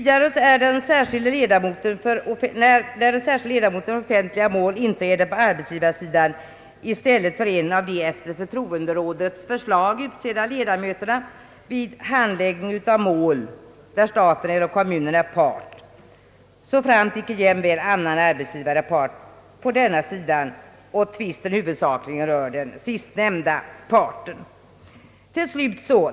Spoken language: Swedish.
Den särskilde ledamoten för offentliga mål inträder på arbetsgivarsidan i stället för en av de efter förtroenderådets förslag utsedda ledamöterna vid handläggning av mål där staten eller kommunerna är parter, såframt det icke är annan arbetsgivarpart på denna sida och tvisten huvudsakligen rör den sistnämnda parten.